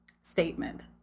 statement